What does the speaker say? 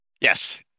Yes